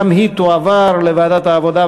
וגם היא תועבר לוועדת העבודה,